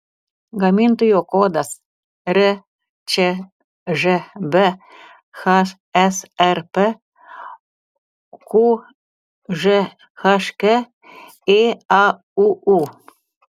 gamintojo kodas rčžb hsrp qžhk ėauu